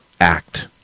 act